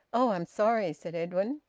oh! i'm sorry, said edwin.